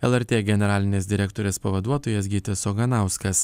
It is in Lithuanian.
lrt generalinės direktorės pavaduotojas gytis oganauskas